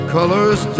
Colors